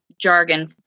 jargon